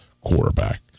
quarterback